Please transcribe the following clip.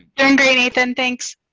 and great, nathan, thanks.